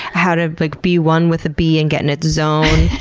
how to like be one with the bee and get in its zone?